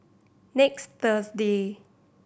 next Thursday